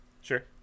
Sure